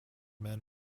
men